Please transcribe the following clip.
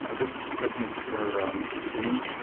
ah this question is for mr. spinney.